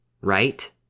right